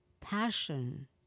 passion